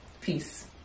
Peace